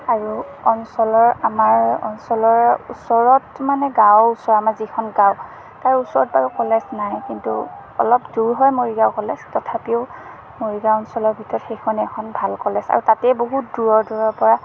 আৰু অঞ্চলৰ আমাৰ অঞ্চলৰ ওচৰত মানে গাঁওৰ ওচৰ আমাৰ যিখন গাঁও তাৰ ওচৰত বাৰু কলেজ নাই কিন্তু অলপ দূৰ হয় মৰিগাঁও কলেজ তথাপিও মৰিগাঁও অঞ্চলৰ ভিতৰত সেইখনেই এখন ভাল কলেজ আৰু তাতে বহুত দূৰৰ দূৰৰ পৰা